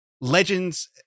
Legends